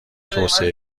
توسعه